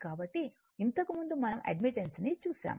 కాబట్టి ఇంతకు ముందు మనం అడ్మిటెన్స్ ని చూసాము